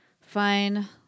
Fine